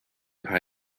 paar